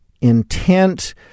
intent